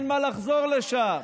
אין מה לחזור לשם.